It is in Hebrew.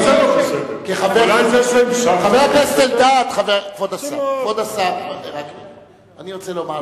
חבר הכנסת אלדד, כבוד השר, אני רוצה לומר לך.